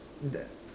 the